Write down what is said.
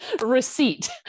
receipt